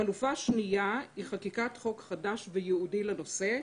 חלופה שניה היא חקיקת חוק חדש וייעודי לנושא,